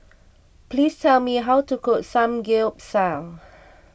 please tell me how to cook Samgeyopsal